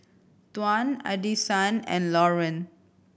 Tuan Addisyn and Lauren